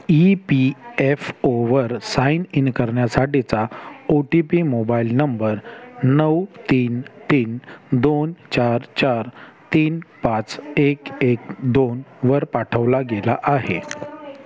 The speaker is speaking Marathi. ई पी एफ ओवर साईन इन करण्यासाठीचा O T P mobile number नऊ तीन तीन दोन चार चार तीन पाच एक एक दोनवर पाठवला गेला आहे